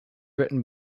written